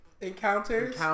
Encounters